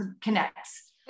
connects